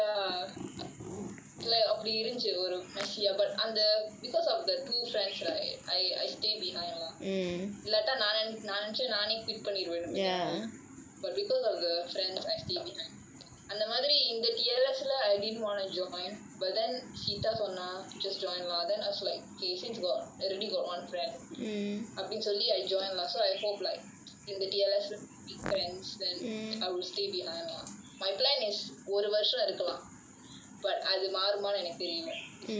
அப்டி இருந்துச்சு ஒரு:apdi irunthuchu oru messy ya because because of the two friends right I I I stay behind lah இல்லாட்ட நான் நினைச்சேன் நானே:illaatta naan ninaichaen naanae quit பண்ணிருவேன்னு கொஞ்ச நாள்ல::panniruvennu konjam naalula but because of the friends I stayed behind அந்த மாதிரி இந்த:antha maathiri intha I didn't want to join but Seetha சொன்னா:seetha sonnaa just join lah then I also like okay since like got already got one friend but recently I join lah so I hope the T_L_S I make friends then I will stay behind lah my plan is ஒரு வருஷம் இருக்கலாம்:oru varusham irukkalaam but அது மாறுமானு எனக்கு தெரில:athu maarumaanu enakku therila so I see how